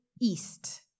East